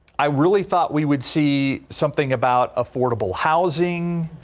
i really thought we would see something about affordable housing.